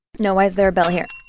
no, why is there a bell here?